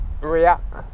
react